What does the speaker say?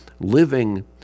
living